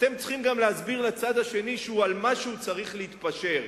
הוא צריך להסביר גם לצד השני שעל משהו הוא צריך להתפשר?